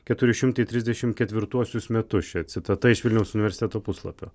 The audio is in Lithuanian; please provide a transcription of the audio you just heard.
keturi šimtai trisdešim ketvrtuosius metus čia citata iš vilniaus universiteto puslapio